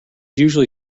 usually